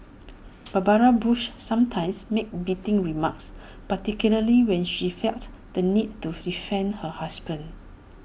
Barbara bush sometimes made biting remarks particularly when she felt the need to defend her husband